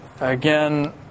again